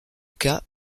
cas